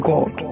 God